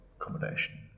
accommodation